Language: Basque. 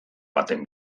baten